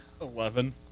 Eleven